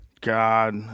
God